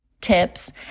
tips